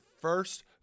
first